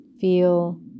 feel